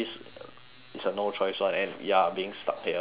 it's a no choice [one] and you're being stuck here then